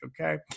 okay